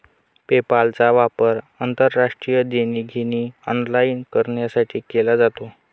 पेपालचा वापर आंतरराष्ट्रीय देणी घेणी ऑनलाइन करण्यासाठी केला जातो